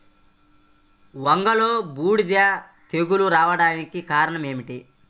వంగలో బూడిద తెగులు రావడానికి కారణం ఏమిటి?